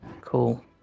Cool